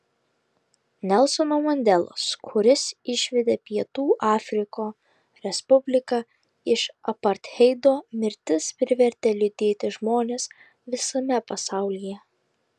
nelsono mandelos kuris išvedė pietų afriko respubliką iš apartheido mirtis privertė liūdėti žmones visame pasaulyje